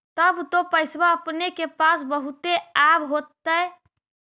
तब तो पैसबा अपने के पास बहुते आब होतय?